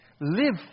live